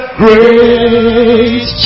great